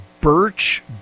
birch